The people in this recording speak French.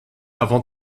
avant